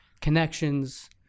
connections